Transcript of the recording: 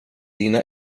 dina